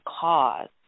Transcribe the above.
cause